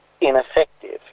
ineffective